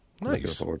Nice